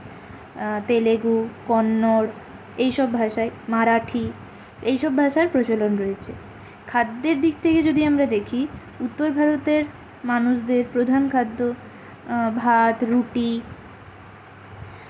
তেলেগু কন্নড় এই সব ভাষায় মারাঠি এই সব ভাষার প্রচলন রয়েছে খাদ্যের দিক থেকে যদি আমরা দেখি উত্তর ভারতের মানুষদের প্রধান খাদ্য ভাত রুটি